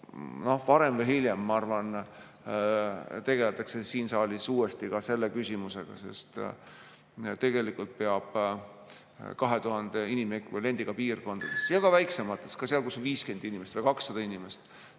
Aga varem või hiljem, ma arvan, tegeldakse siin saalis uuesti ka selle küsimusega, sest tegelikult peab 2000 inimekvivalendiga piirkondades ja väiksemates – ka seal, kus on 50 inimest või 200 inimest